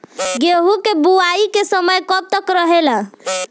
गेहूँ के बुवाई के समय कब तक रहेला?